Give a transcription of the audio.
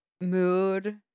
mood